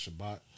Shabbat